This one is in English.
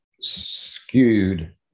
skewed